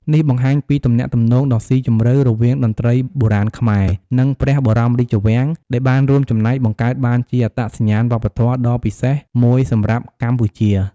នេះបង្ហាញពីទំនាក់ទំនងដ៏ស៊ីជម្រៅរវាងតន្ត្រីបុរាណខ្មែរ និងព្រះបរមរាជវាំង ដែលបានរួមចំណែកបង្កើតបានជាអត្តសញ្ញាណវប្បធម៌ដ៏ពិសេសមួយសម្រាប់កម្ពុជា។